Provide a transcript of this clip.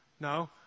No